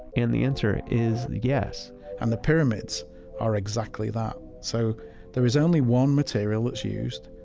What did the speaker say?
and the answer is yes and the pyramids are exactly that. so there is only one material that's used.